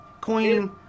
Queen